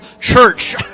church